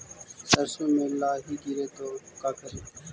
सरसो मे लाहि गिरे तो का करि?